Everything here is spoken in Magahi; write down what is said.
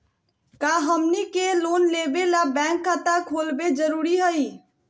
का हमनी के लोन लेबे ला बैंक खाता खोलबे जरुरी हई?